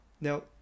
Now